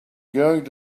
going